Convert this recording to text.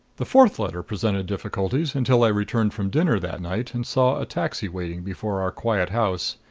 the fourth letter presented difficulties until i returned from dinner that night and saw a taxi waiting before our quiet house.